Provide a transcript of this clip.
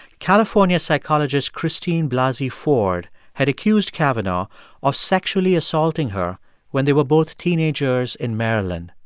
california psychologist christine blasey ford had accused kavanaugh of sexually assaulting her when they were both teenagers in maryland.